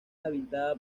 habitada